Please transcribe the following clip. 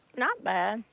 not bad.